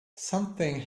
something